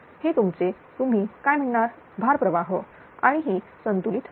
हे तुमचे तुम्ही काय म्हणणार भार प्रवाह आणि ही संतुलित प्रणाली